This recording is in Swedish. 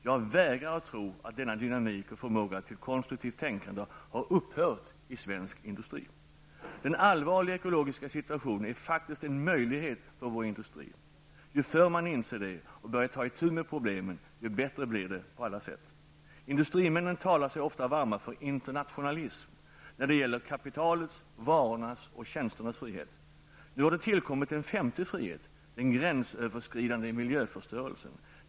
Jag vägrar att tro att denna dynamik och förmåga till konstruktivt tänkande har upphört i svensk industri. Den allvarliga ekologiska situationen är faktiskt en möjlighet för vår industri. Ju förr man inser det och börjar ta itu med problemen, ju bättre blir det på alla sätt. Industrimännen talar sig ofta varma för internationalism när det gäller kapitalets, varornas och tjänsternas frihet. Nu har det tillkommit en femte frihet: den gränsöverskridande miljöförstörelsen.